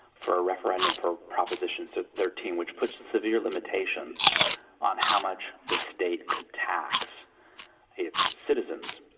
for a referendum for proposition so thirteen, which puts severe limitations on how much the state could tax its citizens,